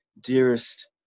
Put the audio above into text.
dearest